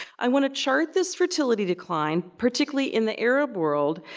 i wanna chart this fertility decline, particularly in the arab world,